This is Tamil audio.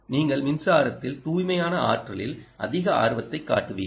நீங்கள் மின்சாரத்தில் தூய்மையான ஆற்றலில் அதிக ஆர்வத்தை காட்டுவீர்கள்